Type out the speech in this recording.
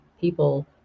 people